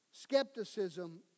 skepticism